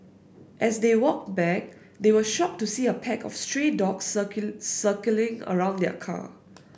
as they walked back they were shocked to see a pack of stray dogs circling around their car